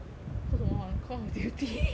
cause 我们玩 call of duty